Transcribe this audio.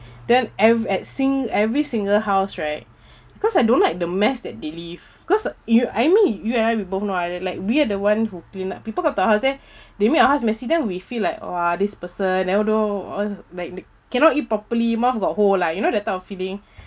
then ev~ at sing~ every single house right cause I don't like the mess that they leave cause you I mean you and I we both know I don't like we are the one who clean up people got the house there they make your house messy then we feel like !wah! this person then although oh like they cannot eat properly mouth got hole lah you know that type of feeling